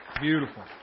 beautiful